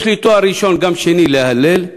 יש לי תואר ראשון גם שני, להלל.